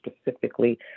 specifically